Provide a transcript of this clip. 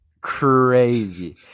crazy